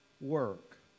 work